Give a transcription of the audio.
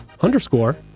underscore